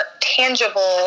tangible